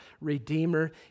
Redeemer